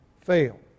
fail